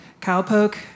cowpoke